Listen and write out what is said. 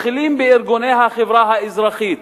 מתחילים בארגוני החברה האזרחית,